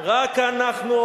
רק אנחנו,